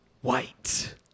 white